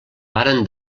varen